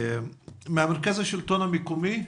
ממרכז השלטון המקומי,